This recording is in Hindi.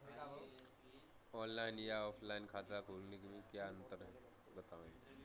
ऑनलाइन या ऑफलाइन खाता खोलने में क्या अंतर है बताएँ?